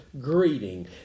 greeting